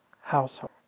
household